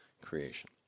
creation